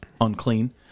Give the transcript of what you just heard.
unclean